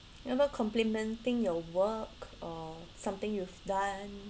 never complimenting your work or something you've done